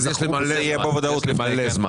אז יש לי המון זמן.